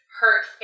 hurt